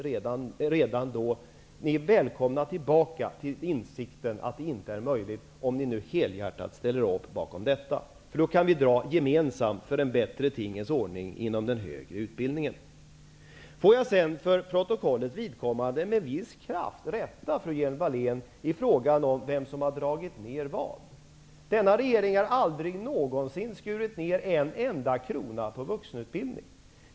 Men ni är välkomna tillbaka till insikten om att det inte är möjligt, om ni nu helhjärtat ställer upp bakom detta. Då kan vi gemensamt arbeta för en bättre tingens ordning inom den högre utbildningen. Får jag sedan för protokollets vidkommande med viss kraft rätta fru Lena Hjelm-Wallén i frågan om vem som har dragit ned vad. Denna regering har aldrig någonsin skurit ned med en enda krona på vuxenutbildningen.